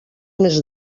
més